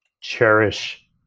cherish